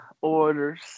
orders